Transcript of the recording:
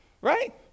right